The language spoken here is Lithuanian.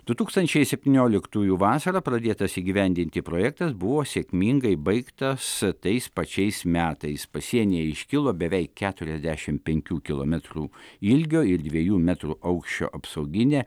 du tūkstančiai septynioliktųjų vasarą pradėtas įgyvendinti projektas buvo sėkmingai baigtas tais pačiais metais pasienyje iškilo beveik keturiasdešimt penkių kilometrų ilgio ir dviejų metrų aukščio apsauginė